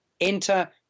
Enter